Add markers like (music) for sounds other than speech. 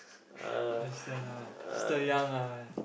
(laughs) understand ah still young ah